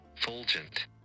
Fulgent